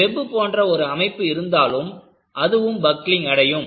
web போன்ற ஒரு அமைப்பு இருந்தாலும் அதுவும் பக்லிங் அடையும்